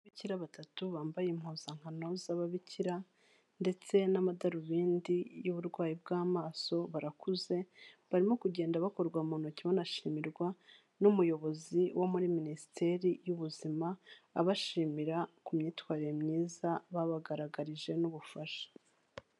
Ababikira batatu bambaye impuzankano z'ababikira ndetse n'amadarubindi y'uburwayi bw'amaso, barakuze, barimo kugenda bakorwa mu ntoki banashimirwa n'umuyobozi wo muri Minisiteri y'Ubuzima, abashimira ku myitwarire myiza babagaragarije n'ubufasha.